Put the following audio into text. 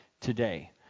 today